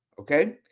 Okay